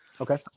Okay